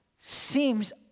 seems